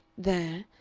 there,